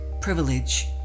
privilege